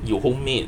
有 homemade